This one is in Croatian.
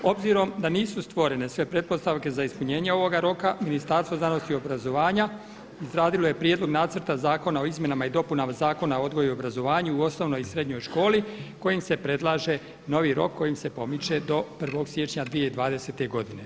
Obzirom da nisu stvorene sve pretpostavke za ispunjenje ovoga roka Ministarstvo znanosti i obrazovanja izradilo je prijedlog nacrta Zakona o izmjenama i dopunama Zakona o odgoju i obrazovanju u osnovnoj i srednjoj školi kojim se predlaže novi rok kojim se pomiče do 1. siječnja 2020. godine.